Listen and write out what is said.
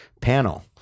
panel